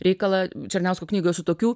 reikalą černiausko knygoje su tokiu